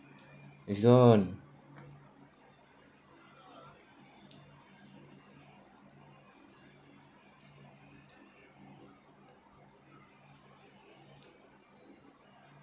it's gone